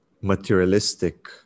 materialistic